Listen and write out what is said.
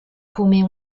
come